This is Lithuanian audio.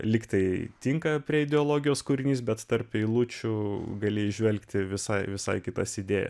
lyg tai tinka prie ideologijos kūrinys bet tarp eilučių gali įžvelgti visai visai kitas idėjas